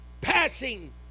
passing